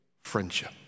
friendship